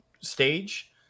stage